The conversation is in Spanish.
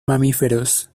mamíferos